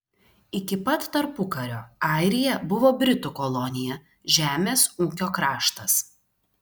iki pat tarpukario airija buvo britų kolonija žemės ūkio kraštas